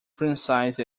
criticized